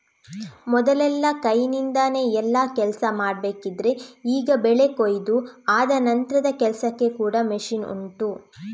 ಮೊದಲೆಲ್ಲ ಕೈನಿಂದಾನೆ ಎಲ್ಲಾ ಕೆಲ್ಸ ಮಾಡ್ಬೇಕಿದ್ರೆ ಈಗ ಬೆಳೆ ಕೊಯಿದು ಆದ ನಂತ್ರದ ಕೆಲ್ಸಕ್ಕೆ ಕೂಡಾ ಮಷೀನ್ ಉಂಟು